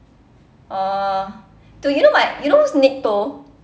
oh dude you know my you know who's nick toh